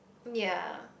ya